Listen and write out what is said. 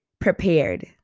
prepared